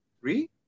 Three